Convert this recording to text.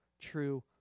true